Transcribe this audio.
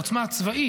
העוצמה הצבאית,